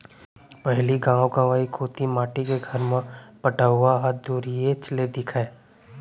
पहिली गॉव गँवई कोती माटी के घर म पटउहॉं ह दुरिहेच ले दिखय